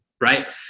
right